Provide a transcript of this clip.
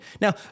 now